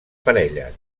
parelles